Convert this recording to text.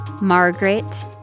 Margaret